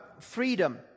freedom